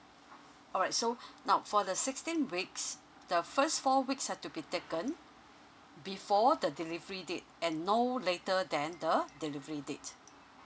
alright so now for the sixteen weeks the first four weeks had to be taken before the delivery date and no later than the delivery date